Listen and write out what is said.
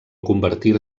convertir